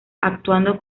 actuando